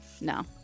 No